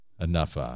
Enough